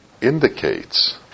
indicates